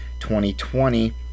2020